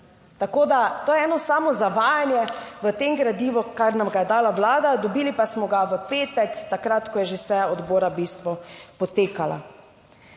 Tako da to je eno samo zavajanje v tem gradivu, kar nam ga je dala Vlada. Dobili pa smo ga v petek, takrat ko je že seja odbora v bistvu potekala.